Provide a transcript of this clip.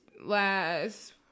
Last